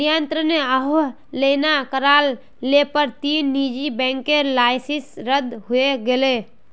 नियंत्रनेर अवहेलना कर ल पर तीन निजी बैंकेर लाइसेंस रद्द हई गेले